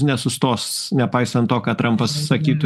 nesustos nepaisant to ką trampas sakytų